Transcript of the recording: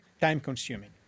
time-consuming